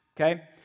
okay